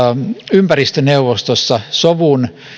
ympäristöneuvostossa sovun